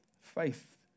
Faith